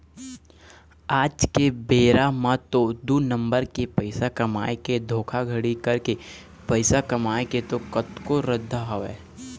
आज के बेरा म तो दू नंबर के पइसा कमाए के धोखाघड़ी करके पइसा कमाए के तो कतको रद्दा हवय